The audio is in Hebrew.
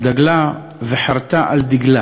דגלה וחרתה על דגלה